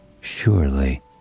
surely